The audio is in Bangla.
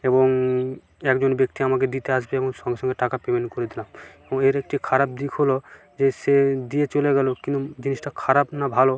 এবং একজন ব্যক্তি আমাকে দিতে আসবে এবং সঙ্গে সঙ্গে টাকা পেমেন্ট করে দিলাম ও এর একটি খারাপ দিক হলো যে সে দিয়ে চলে গেলো কিন্তু জিনিসটা খারাপ না ভালো